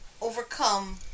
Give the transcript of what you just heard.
overcome